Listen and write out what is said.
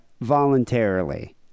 voluntarily